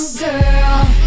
girl